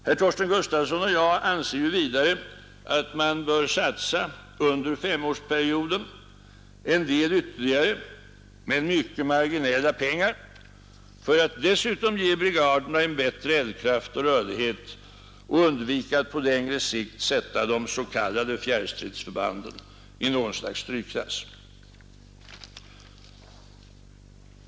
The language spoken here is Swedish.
Herr Torsten Gustafsson och jag anser vidare att man bör satsa under femårsperioden en del ytterligare mycket marginella pengar för att dessutom ge brigaderna en bättre eldkraft och rörlighet och undvika att på längre sikt sätta de s.k. fjärrstridsförbanden i något slags strykklass.